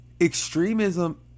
Extremism